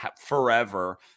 forever